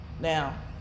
Now